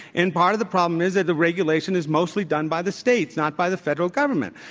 and part of the problem is that the regulation is mostly done by the states, not by the federal government.